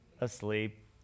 Asleep